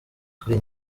kuri